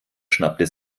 schnappte